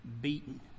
beaten